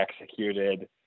executed